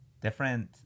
different